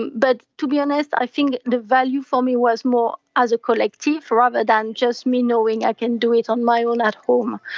but to be honest i think the value for me was more as a collective rather than just me knowing i can do it on my own at home.